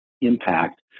impact